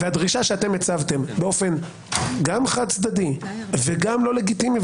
הדרישה שאתם הצבתם באופן גם חד צדדי וגם לא לגיטימי,